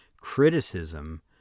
criticism